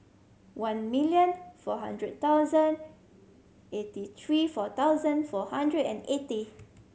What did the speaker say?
one million four hundred thousand eighty three four thousand four hundred and eighty